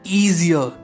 easier